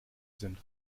sind